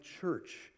church